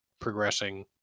progressing